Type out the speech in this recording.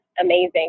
amazing